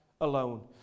alone